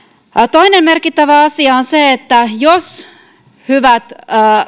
toinen merkittävä asia on se että jos hyvät